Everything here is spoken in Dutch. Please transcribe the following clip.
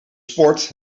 sport